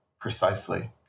precisely